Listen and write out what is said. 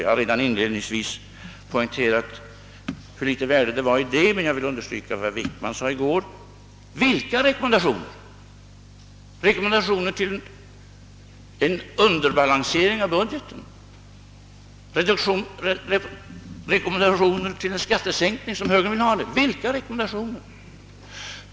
Jag har redan inledningsvis framhållit hur litet det ligger i det talet, men jag vill ändå i likhet med herr Wickman fråga: Vilka rekommendationer? Rekommendationen att underbalansera budgeten? Rekommendationen att företa en skattesänkning, vilket högern förordar?